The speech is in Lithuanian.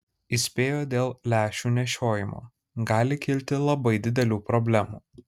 įspėjo dėl lęšių nešiojimo gali kilti labai didelių problemų